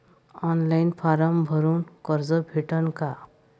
Online form भरून कर्ज भेटन का?